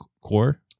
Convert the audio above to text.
core